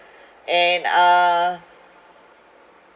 and uh